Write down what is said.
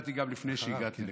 ידעתי גם לפני שהגעתי לכאן,